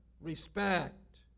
respect